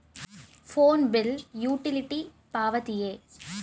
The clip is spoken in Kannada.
ಫೋನ್ ಬಿಲ್ ಯುಟಿಲಿಟಿ ಪಾವತಿಯೇ?